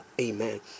amen